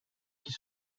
qui